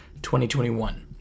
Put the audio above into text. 2021